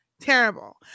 Terrible